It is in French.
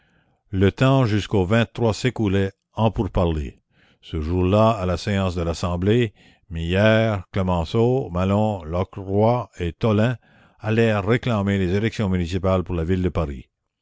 le temps jusquau sécoulaient en pourparlers ce jour-là à la séance de l'assemblée millière clemenceau malon lockroy et tolain allèrent réclamer les élections municipales pour la ville de paris